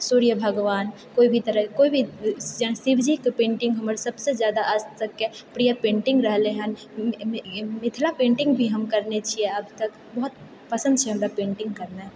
सूर्य भगवान कोइ भी तरह कोइ भी चाहै शिव जी कऽ पेन्टिंग हमर सभसँ जादा आजतकके प्रिय पेन्टिंग रहलैहँ मिथिला पेन्टिंग भी हम करने छियै अब तक बहुत पसन्द छै पेन्टिंग करनाए